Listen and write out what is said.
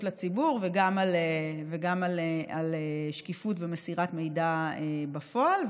לציבור וגם על שקיפות ומסירת מידע בפועל.